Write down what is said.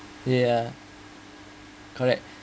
ya correct